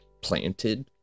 planted